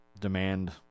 demand